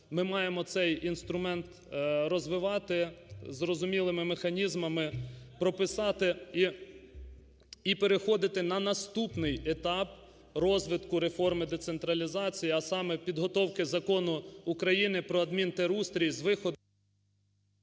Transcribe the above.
ми маємо цей інструмент розвивати зрозумілими механізмами, прописати і переходити на наступний етап розвитку реформи децентралізації, а саме підготовки Закону України про адмінтерустрій з …